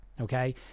Okay